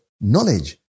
knowledge